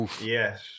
Yes